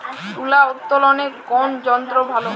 তুলা উত্তোলনে কোন যন্ত্র ভালো?